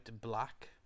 black